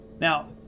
Now